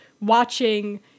watching